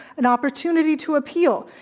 an opportunity to appeal.